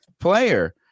player